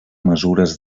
mesures